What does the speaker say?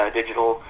digital